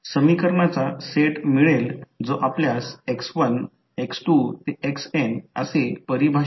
जर इथे ddt ला j ने बदला मग हे L1 j i1 होईल याचा अर्थ मुळात ते j L1 i1 होईल इथे देखील ते j M i2 होईल